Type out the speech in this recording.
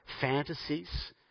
fantasies